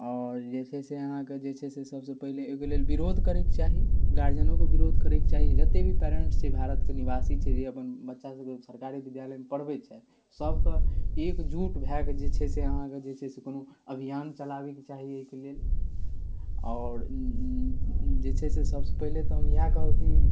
आओर जे छै से अहाँके जे छै से सबसँ पहिले ओहिके लेल विरोध करैके चाही गार्जिअनोके विरोध करैके चाही जतेक भी पैरेन्ट्स छै भारतके निवासी छै जे अपन बच्चासभके सरकारी विद्यालयमे पढ़बै छै सबके एकजुट भऽ कऽ जे छै से अहाँके जे छै से कोनो अभियान चलाबैके चाही ओहिके लेल आओर जे छै से सबसँ पहिले तऽ हम इएह कहब कि